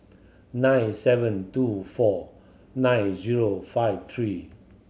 nine seven two four nine zero five three